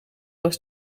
was